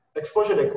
exposure